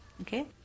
Okay